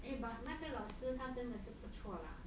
eh but 那个老师他真的时不错 lah